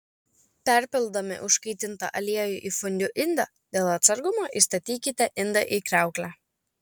perpildami užkaitintą aliejų į fondiu indą dėl atsargumo įstatykite indą į kriauklę